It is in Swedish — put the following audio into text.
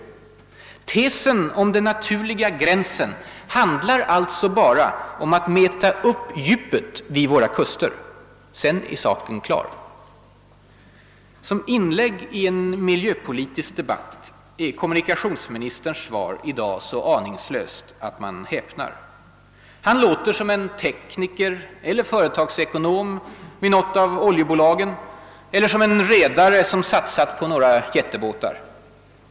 Tesen om »den naturliga gränsen» handlar alltså bara om att mäta upp djupet vid våra kuster. Sedan är saken klar. Som inlägg i en miljöpolitisk debatt är kommuniktionsministerns svar i dag så aningslöst att man häpnar. Han låter som en tekniker eller företagsekonom vid något av oljebolagen eller som en redare som satsat på några jättebåtar.